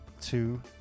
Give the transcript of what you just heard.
two